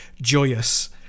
joyous